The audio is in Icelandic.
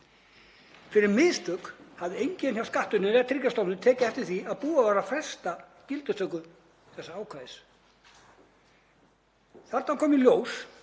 Fyrir mistök hafði enginn hjá Skattinum eða Tryggingastofnun tekið eftir því að búið var að fresta gildistöku þessa ákvæðis. Þarna kom í ljós